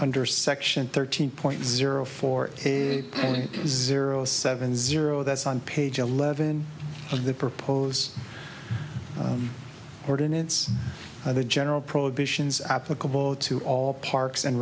under section thirteen point zero four zero seven zero that's on page eleven of the proposed ordinance of the general prohibitions applicable to all parks and